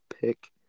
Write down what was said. pick